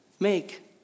Make